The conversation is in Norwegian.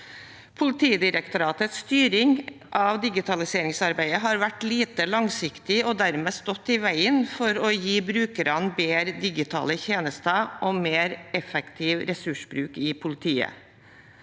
Politidirektoratets styring av digitaliseringsarbeidet har vært lite langsiktig og dermed stått i veien for å gi brukerne bedre digitale tjenester og mer effektiv ressursbruk i politiet.